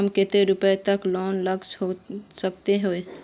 हम कते रुपया तक लोन ला सके हिये?